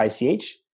ICH